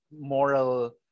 moral